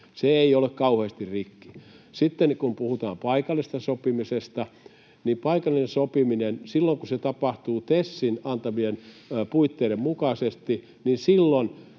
Se ei ole kauheasti rikki. Sitten kun puhutaan paikallisesta sopimisesta, niin paikallinen sopiminen, silloin kun se tapahtuu TESin antamien puitteiden mukaisesti, niin silloin